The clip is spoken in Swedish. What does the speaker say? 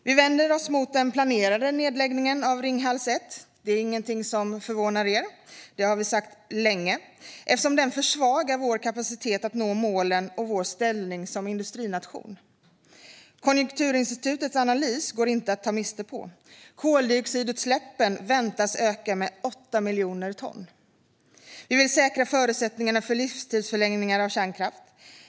Vi vänder oss mot den planerade nedläggningen av Ringhals 1 - det är ingenting som förvånar er; det har vi sagt länge - eftersom den försvagar vår kapacitet att nå målen och vår ställning som industrination. Konjunkturinstitutets analys går inte att ta miste på. Koldioxidutsläppen väntas öka med 8 miljoner ton. Vi vill säkra förutsättningarna för livstidsförlängningar av kärnkraft.